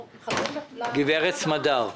סמדר,